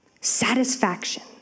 Satisfaction